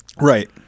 Right